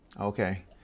okay